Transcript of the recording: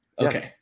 Okay